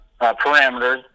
parameters